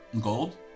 Gold